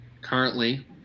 Currently